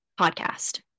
podcast